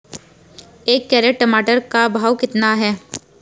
एक कैरेट टमाटर का भाव कितना है?